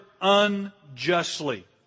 unjustly